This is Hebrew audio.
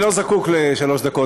אני לא זקוק לשלוש דקות.